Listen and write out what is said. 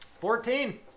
Fourteen